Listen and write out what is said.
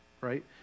right